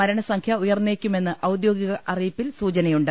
മരണസംഖ്യ ഉയർന്നേക്കുമെന്ന് ഔദ്യോഗിക അറിയിപ്പിൽ സൂചനയുണ്ട്